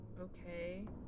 Okay